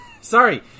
sorry